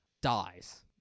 dies